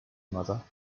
mother